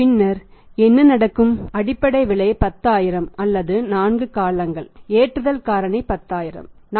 பின்னர் என்ன நடக்கும் அடிப்படை விலை 10000 அல்லது 4 காலங்கள் லோடிங் ஃபேக்டர் 10000